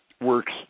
works